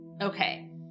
Okay